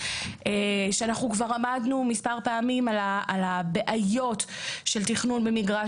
שאנחנו כבר עמדנו מספר פעמים על הבעיות של תכנון במגרש